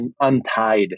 untied